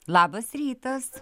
labas rytas